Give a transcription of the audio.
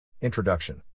Introduction